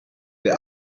der